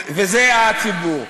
של הציבור.